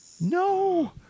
no